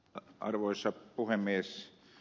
arvoisa puhemies